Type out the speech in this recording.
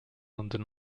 london